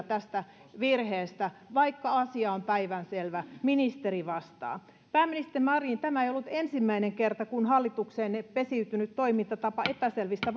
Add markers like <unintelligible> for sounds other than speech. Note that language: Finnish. <unintelligible> tästä virheestä vastuussa olevaa henkilöä vaikka asia on päivänselvä ministeri vastaa pääministeri marin tämä ei ollut ensimmäinen kerta kun hallitukseenne pesiytynyt toimintatapa epäselvistä <unintelligible>